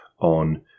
on